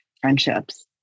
friendships